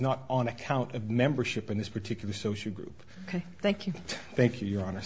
not on account of membership in this particular social group ok thank you thank you your hon